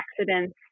accidents